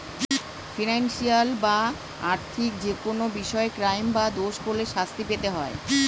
financial বা আর্থিক যেকোনো বিষয়ে ক্রাইম বা দোষ করলে শাস্তি পেতে হয়